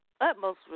utmost